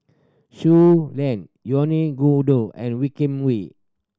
Shui Lan Yvonne Ng Uhde and Wee Kim Wee